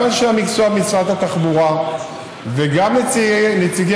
גם אנשי המקצוע במשרד התחבורה וגם נציגי